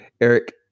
Eric